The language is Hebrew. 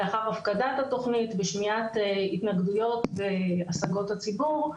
ולאחר הפקדת התוכנית ושמיעת התנגדויות והשגות הציבור,